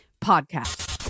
Podcast